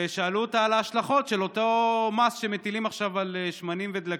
ושאלו אותה על ההשלכות של אותו מס שמטילים עכשיו על שמנים ודלקים,